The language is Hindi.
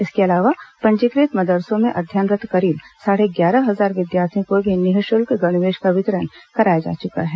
इसके अलावा पंजीकृत मदरसों में अध्ययनरत् करीब साढ़े ग्यारह हजार विद्यार्थियों को भी निःशुल्क गणवेश का वितरण कराया जा चुका है